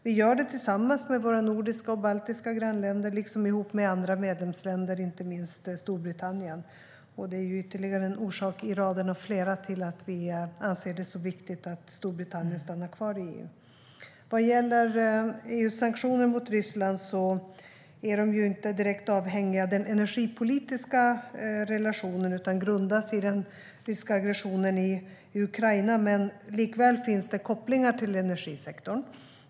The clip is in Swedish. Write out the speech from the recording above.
Vi gör det tillsammans med våra nordiska och baltiska grannländer, liksom med andra medlemsländer, inte minst Storbritannien. Det är en av flera orsaker till att vi anser att det är viktigt att Storbritannien stannar kvar i EU. Vad gäller EU:s sanktioner mot Ryssland är de inte direkt avhängiga den energipolitiska relationen utan har sin grund i den ryska aggressionen mot Ukraina. Det finns likväl kopplingar till energisektorn.